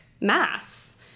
maths